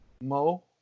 Mo